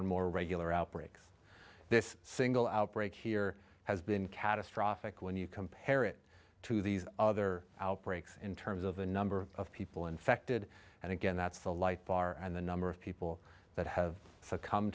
and more regular outbreaks this single outbreak here has been catastrophic when you compare it to these other outbreaks in terms of the number of people infected and again that's a light bar and the number of people that have succumb